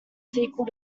sequel